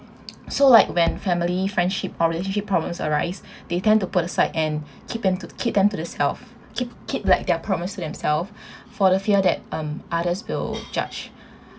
so like when family friendship or relationship problems arise they tend to put aside and keep them keep them to themselves keep keep the~ their problems to themself for the fear that others will judge